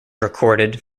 recorded